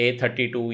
A32